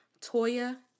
Toya